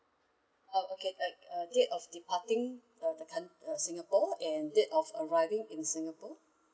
oh okay like uh date of departing of the coun~ uh singapore and date of arriving in singapore